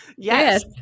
yes